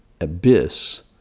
abyss